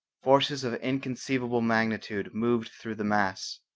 forces of inconceivable magnitude moved through the mass.